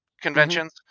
conventions